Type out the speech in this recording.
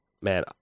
man